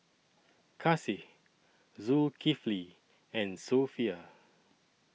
Kasih Zulkifli and Sofea